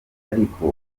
ariko